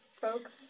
folks